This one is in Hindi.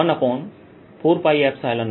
r dz